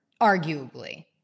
arguably